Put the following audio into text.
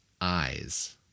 eyes